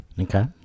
Okay